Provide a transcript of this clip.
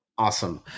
Awesome